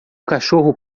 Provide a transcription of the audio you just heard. cachorro